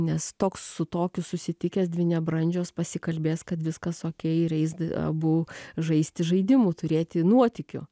nes toks su tokiu susitikęs dvi nebrandžios pasikalbės kad viskas okei ir eis abu žaisti žaidimų turėti nuotykių